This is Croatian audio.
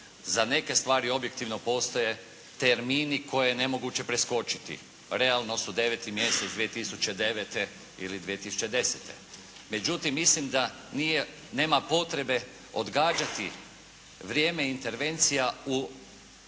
za neke stvari objektivno postoje termini koje je nemoguće preskočiti. Realno su deveti mjesec 2009. ili 2010. Međutim, mislim da nema potrebe odgađati vrijeme intervencija u